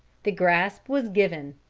the grasp was given.